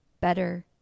better